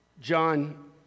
John